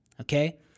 Okay